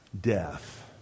death